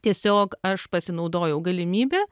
tiesiog aš pasinaudojau galimybe